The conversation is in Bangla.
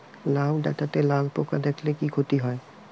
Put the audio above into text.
লাউ ডাটাতে লালা পোকা দেখালে কি ক্ষতি হয়?